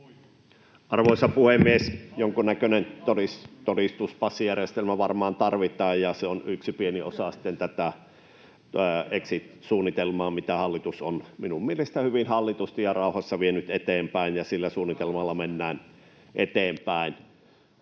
Arvoisa puhemies! Jonkunnäköinen todistus‑ tai passijärjestelmä varmaan tarvitaan, ja se on yksi pieni osa tätä exit-suunnitelmaa, mitä hallitus on minun mielestäni hyvin hallitusti ja rauhassa vienyt eteenpäin, ja sillä suunnitelmalla mennään eteenpäin.